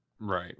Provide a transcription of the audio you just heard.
Right